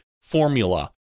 formula